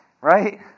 Right